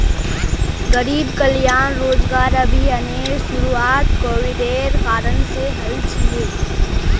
गरीब कल्याण रोजगार अभियानेर शुरुआत कोविडेर कारण से हल छिले